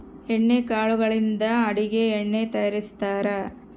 ಎಣ್ಣೆ ಕಾಳುಗಳಿಂದ ಅಡುಗೆ ಎಣ್ಣೆ ತಯಾರಿಸ್ತಾರಾ